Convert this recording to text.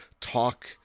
talk